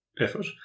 effort